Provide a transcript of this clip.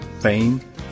Fame